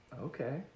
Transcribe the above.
Okay